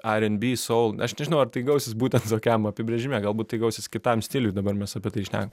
ar en bi soul aš nežinau ar tai gausis būtent tokiam apibrėžime galbūt tai gausis kitam stiliui dabar mes apie tai šnekam